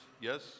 Yes